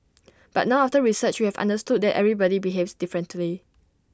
but now after research we have understood that everybody behaves differently